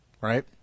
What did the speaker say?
Right